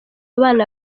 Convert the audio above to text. abana